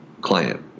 client